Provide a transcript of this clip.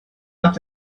left